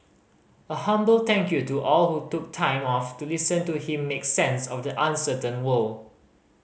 a humble thank you to all who took time off to listen to him make sense of the uncertain world